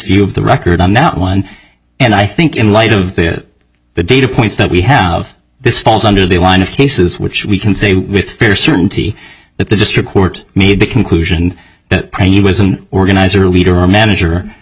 view of the record on that one and i think in light of the data points that we have this falls under the line of cases which we can say with fierce certainty that the district court made the conclusion that it was an organizer a leader or